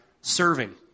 serving